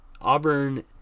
Auburn